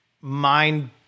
mind